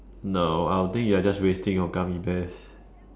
no I'll think you are just wasting your gummy bears